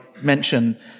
mention